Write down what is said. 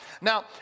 Now